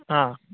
हा